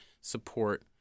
support